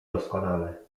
doskonale